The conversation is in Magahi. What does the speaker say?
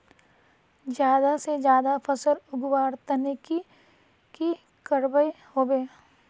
ज्यादा से ज्यादा फसल उगवार तने की की करबय होबे?